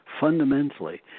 Fundamentally